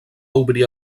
obrir